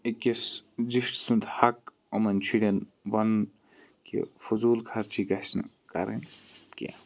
أکِس زیٚٹھۍ سُنٛد حَق یِمَن شُرٮ۪ن وَنُن کہِ فضوٗل خَرچی گَژھِ نہٕ کَرٕنۍ کینٛہہ